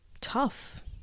tough